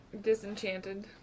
Disenchanted